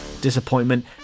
disappointment